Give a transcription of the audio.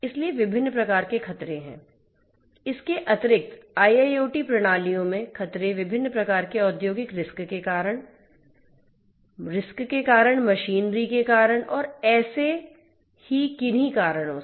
इसलिए विभिन्न प्रकार के खतरे हैं इसके अतिरिक्त IIoT प्रणालियों में खतरे विभिन्न प्रकार के औद्योगिक रिस्क के कारण रिस्क के कारण मशीनरी के कारण और ऐसे जी किन्ही कारणों से